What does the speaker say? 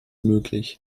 möglich